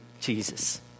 Jesus